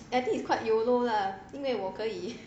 I think it's quite YOLO lah 因为我可以